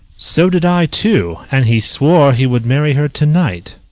so did i too and he swore he would marry her to-night.